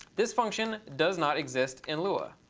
this function does not exist in lua.